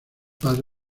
padre